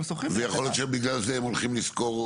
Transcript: יכול להיות שגם בגלל זה הם הולכים לשכור.